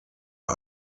are